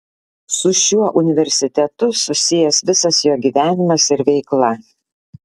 su šiuo universitetu susijęs visas jo gyvenimas ir veikla